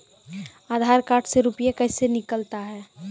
आधार कार्ड से रुपये कैसे निकलता हैं?